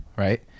Right